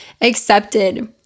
accepted